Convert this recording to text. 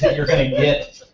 you're going to get,